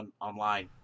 online